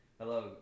Hello